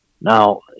Now